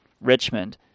Richmond